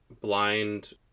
blind